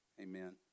amen